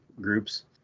groups